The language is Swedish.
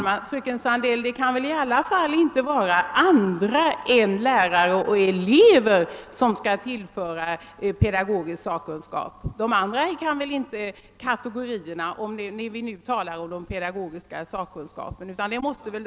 Herr talman! Det kan väl i alla fall inte bli fråga om att andra kategorier än lärare och elever skall tillföra skolstyrelsen pedagogisk sakkunskap, fröken Sandell.